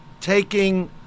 taking